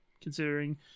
considering